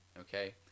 Okay